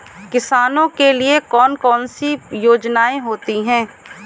किसानों के लिए कौन कौन सी योजनायें होती हैं?